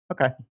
Okay